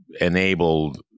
enabled